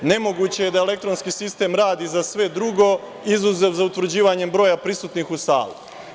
Nemoguće je da elektronski sistem radi za sve drugo izuzev za utvrđivanje broja prisutnih u sali.